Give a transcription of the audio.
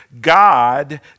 God